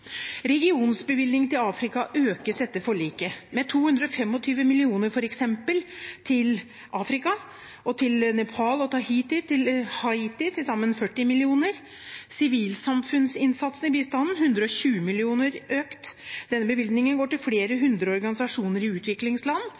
til f.eks. Afrika økes etter forliket med 225 mill. kr, til Nepal og Haiti med til sammen 40 mill. kr, og sivilsamfunnsinnsatsen i bistanden er økt med 120 mill. kr – denne bevilgningen går til flere hundre organisasjoner i utviklingsland,